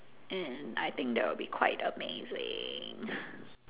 and I think that will be quite amazing